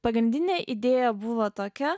pagrindinė idėja buvo tokia